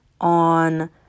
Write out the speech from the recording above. on